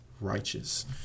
righteous